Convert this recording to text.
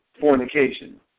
fornication